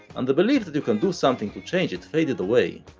and the belief that you can do something to change it faded away,